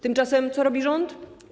Tymczasem co robi rząd?